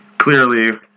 Clearly